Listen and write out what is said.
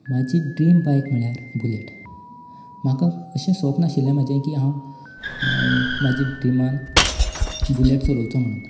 म्हजी dream bike म्हणल्यार Bullet म्हाका अशें स्वपन्न आशिल्लें म्हाजें की हांव म्हज्या ड्रिमान बुलेट्स चलोवचो म्हणून